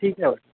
ठीक